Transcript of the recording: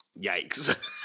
Yikes